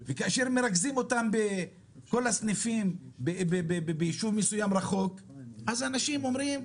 כאשר מרכזים אותם בכל הסניפים ביישוב מסויים רחוק אז אנשים אומרים,